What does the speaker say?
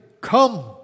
come